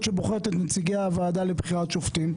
שבוחרת את נציגי הוועדה לבחירת שופטים.